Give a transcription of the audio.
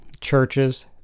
churches